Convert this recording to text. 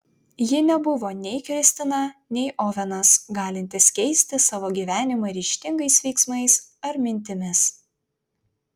ji nebuvo nei kristina nei ovenas galintys keisti savo gyvenimą ryžtingais veiksmais ar mintimis